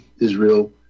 Israel